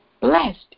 Blessed